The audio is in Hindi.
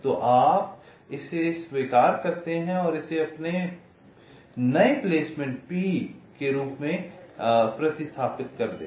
तो आप इसे स्वीकार करते हैं और इसे अपने P के रूप में बनाते हैं इस नए प्लेसमेंट P द्वारा प्रतिस्थापित कर दें